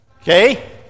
Okay